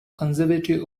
conservative